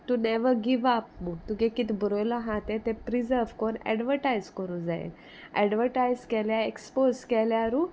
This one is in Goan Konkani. तूं नेवो गिवप म्हूण तुगे कितें बरयलो आहा तें तें प्रिजर्व कोर एडवटायज करूंक जाये एडवटायज केल्यार एक्सपोज केल्यारूय